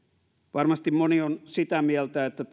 varmasti moni on sitä mieltä että